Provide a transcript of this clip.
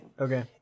Okay